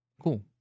Cool